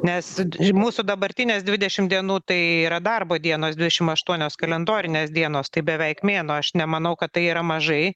nes mūsų dabartinės dvidešimt dienų tai yra darbo dienos dvidešim aštuonios kalendorinės dienos tai beveik mėnuo aš nemanau kad tai yra mažai